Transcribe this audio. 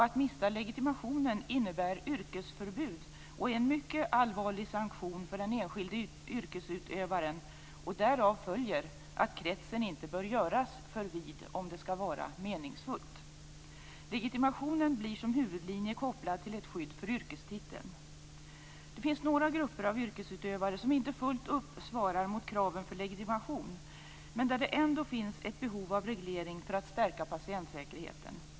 Att mista legitimationen innebär yrkesförbud och är en mycket allvarlig sanktion för den enskilde yrkesutövaren. Därav följer att kretsen inte bör göras för vid om det skall vara meningsfullt. Legitimationen blir som huvudlinje kopplad till ett skydd för yrkestiteln. Det finns några grupper av yrkesutövare som inte fullt upp svarar mot kraven för legitimation men där det ändå finns ett behov av reglering för att stärka patientsäkerheten.